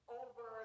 over